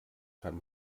kann